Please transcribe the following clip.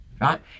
right